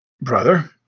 Brother